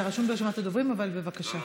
אתה רשום ברשימת הדוברים, אבל בבקשה.